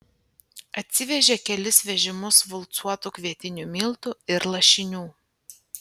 atsivežė kelis vežimus valcuotų kvietinių miltų ir lašinių